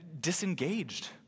disengaged